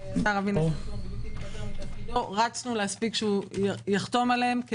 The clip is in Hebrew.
השר בדיוק התפטר מתפקידו - רצנו כדי שיחתום עליהן.